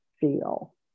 feel